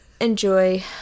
enjoy